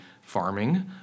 farming